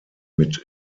mit